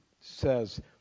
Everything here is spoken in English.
says